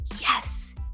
Yes